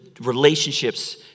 relationships